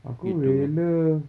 gitu